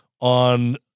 on